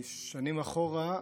שנים אחורה,